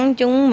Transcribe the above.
chúng